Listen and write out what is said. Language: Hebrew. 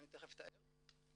ותיכף אתאר.